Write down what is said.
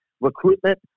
recruitment